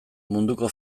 munduko